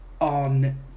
on